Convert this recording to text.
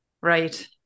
right